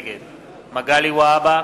נגד מגלי והבה,